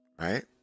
right